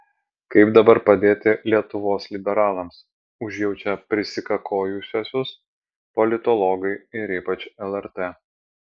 kaip dabar padėti lietuvos liberalams užjaučia prisikakojusiuosius politologai ir ypač lrt